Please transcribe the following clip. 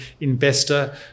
investor